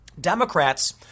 Democrats